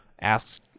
asks